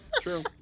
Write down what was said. True